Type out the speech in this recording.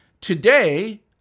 Today